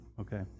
okay